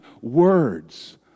words